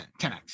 10x